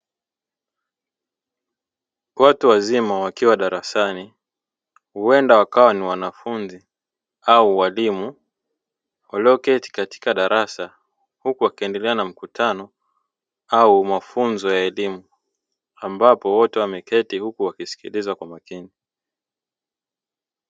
Watu wazima wakiwa darasani huenda wakawa ni wanafunzi au walimu walioketi katika darasa huku wakiendelea na mkutano au mafunzo ya elimu ambapo wote wameketi wakisikiliza kwa makini.